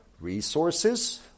resources